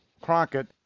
Crockett